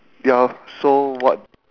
yup so what